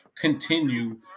continue